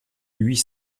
huit